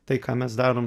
tai ką mes darom